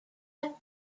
who